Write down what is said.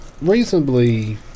reasonably